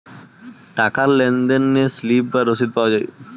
টাকার লেনদেনে স্লিপ বা রসিদ পাওয়া যায়